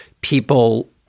people